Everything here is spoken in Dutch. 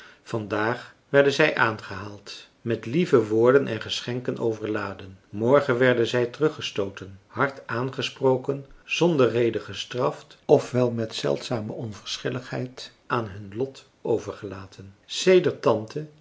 daag werden zij aangehaald met lieve woorden en geschenken overladen morgen werden zij teruggestooten hard aangesproken zonder reden gestraft of wel met zeldzame onverschilligheid aan hun lot overgelaten sedert tante